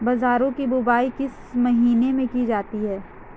बाजरे की बुवाई किस महीने में की जाती है?